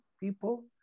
People